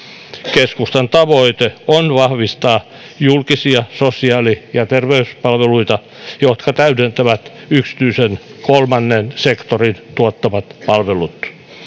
keskustan tavoite on vahvistaa julkisia sosiaali ja terveyspalveluita jotka täydentävät yksityisen ja kolmannen sektorin tuottamat palvelut